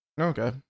Okay